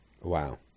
wow